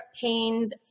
pains